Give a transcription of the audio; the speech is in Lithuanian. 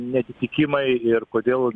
neatitikimai ir kodėl